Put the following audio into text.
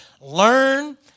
learn